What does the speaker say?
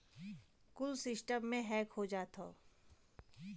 कुल सिस्टमे हैक हो जात हौ